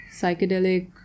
psychedelic